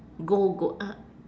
go go uh